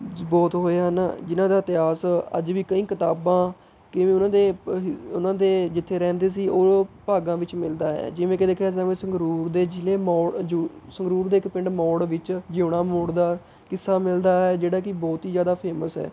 ਜ ਬਹੁਤ ਹੋਏ ਹਨ ਜਿਹਨਾਂ ਦਾ ਇਤਿਹਾਸ ਅੱਜ ਵੀ ਕਈ ਕਿਤਾਬਾਂ ਕਿਵੇਂ ਉਹਨਾਂ ਦੇ ਉਹਨਾਂ ਦੇ ਜਿੱਥੇ ਰਹਿੰਦੇ ਸੀ ਉਹ ਭਾਗਾਂ ਵਿੱਚ ਮਿਲਦਾ ਹੈ ਜਿਵੇਂ ਕਿ ਦੇਖਿਆ ਜਾਵੇ ਸੰਗਰੂਰ ਦੇ ਜ਼ਿਲ੍ਹੇ ਮੋੜ ਜੁ ਸੰਗਰੂਰ ਦੇ ਇੱਕ ਪਿੰਡ ਮੋੜ ਵਿੱਚ ਜਿਉਣਾ ਮੋੜ ਦਾ ਕਿੱਸਾ ਮਿਲਦਾ ਹੈ ਜਿਹੜਾ ਕਿ ਬਹੁਤ ਹੀ ਜ਼ਿਆਦਾ ਫੇਮਸ ਹੈ